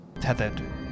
tethered